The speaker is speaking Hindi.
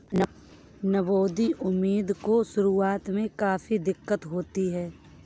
नवोदित उद्यमी को शुरुआत में काफी दिक्कत आती है